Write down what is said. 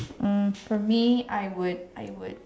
um for me I would I would